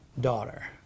daughter